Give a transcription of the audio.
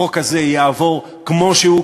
החוק הזה יעבור כמו שהוא,